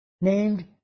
named